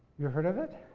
you've heard of it?